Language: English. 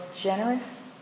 generous